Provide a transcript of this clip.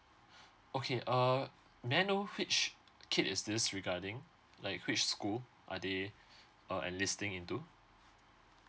okay err may I know which kid is this regarding like which school are they uh enlisting into